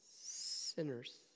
sinners